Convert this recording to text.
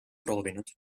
proovinud